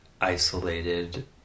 isolated